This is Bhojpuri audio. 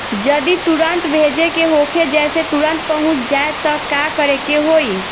जदि तुरन्त भेजे के होखे जैसे तुरंत पहुँच जाए त का करे के होई?